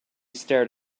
stared